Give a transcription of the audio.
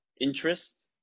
interest